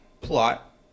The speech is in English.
plot